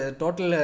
total